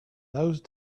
those